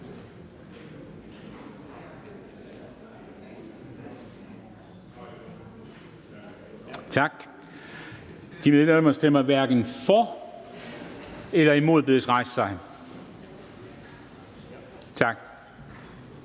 Tak. De medlemmer, der stemmer hverken for eller imod, bedes rejse sig. Tak.